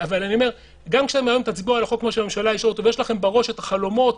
אבל אני אומר שגם אם היום תצביעו על החוק ויש לכם בראש את החלומות